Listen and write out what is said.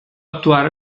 actuar